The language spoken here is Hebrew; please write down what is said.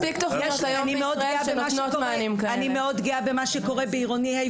אני מאוד גאה במה שקורה בעירוני ה',